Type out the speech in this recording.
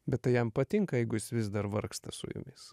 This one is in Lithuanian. bet tai jam patinka jeigu jis vis dar vargsta su jumis